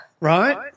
Right